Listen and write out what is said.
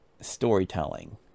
storytelling